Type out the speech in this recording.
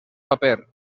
paper